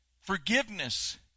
forgiveness